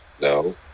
No